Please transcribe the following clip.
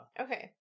Okay